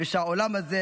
ושהעולם הזה,